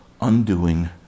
undoing